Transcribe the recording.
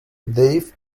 dave